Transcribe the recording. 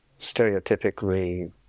stereotypically